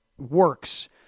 Works